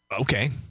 Okay